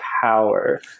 power